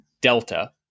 delta